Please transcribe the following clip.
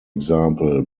example